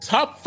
Top